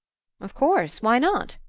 of course why not?